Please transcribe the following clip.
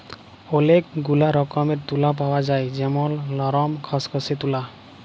ওলেক গুলা রকমের তুলা পাওয়া যায় যেমল লরম, খসখসে তুলা